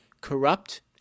Corrupt